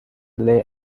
lay